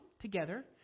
together